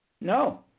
No